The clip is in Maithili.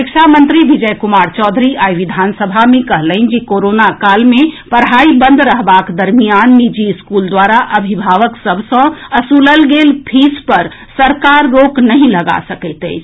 शिक्षा मंत्री विजय कुमार चौधरी आई विधानसभा मे कहलनि जे कोरोना काल मे पढ़ाई बंद रहबाक दरमियान निजी स्कूल द्वारा अभिभावक सभ सँ असूलल गेल फीस पर सरकार रोक नहि लगा सकैत अछि